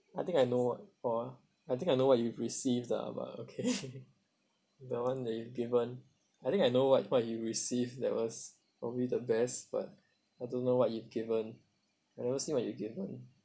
I think I know what for ah I think I know what you received lah but okay the one that you've given I think I know what what you received that was probably the best but I don't know what you've given I never see what you given